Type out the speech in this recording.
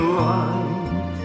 light